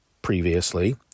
previously